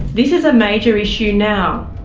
this is a major issue now.